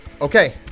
okay